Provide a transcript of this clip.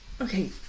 Okay